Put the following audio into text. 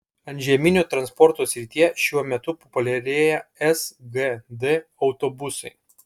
antžeminio transporto srityje šiuo metu populiarėja sgd autobusai